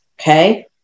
Okay